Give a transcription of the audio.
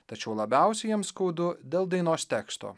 tačiau labiausiai jam skaudu dėl dainos teksto